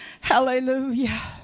Hallelujah